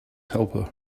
helper